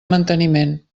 manteniment